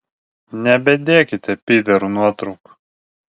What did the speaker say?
nebedėkite pyderų nuotraukų